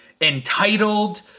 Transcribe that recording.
entitled